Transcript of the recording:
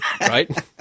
right